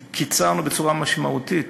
קיצרנו בצורה משמעותית,